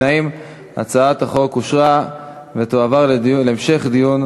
(החלת האיסור על משלוח פרסומת לשם קבלת תרומות או לתעמולה),